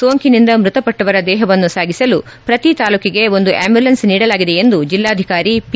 ಸೋಂಕಿನಿಂದ ಮೃತಪಟ್ಟವರ ದೇಹವನ್ನು ಸಾಗಿಸಲು ಪ್ರತಿ ತಾಲೂಕಿಗೆ ಒಂದು ಅಂಬುಲೆನ್ಸ್ ನೀಡಲಾಗಿದೆ ಎಂದು ಜಿಲ್ಲಾಧಿಕಾರಿ ಪಿ